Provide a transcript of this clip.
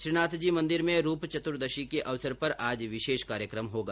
श्रीनाथ जी मंदिर में रूप चतुर्दशी के अवसर पर आज विशेष कार्यक्रम होगा